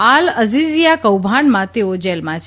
આલ અઝીઝીયા કૌભાંડમાં તેઓ જેલમાં છે